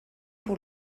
pour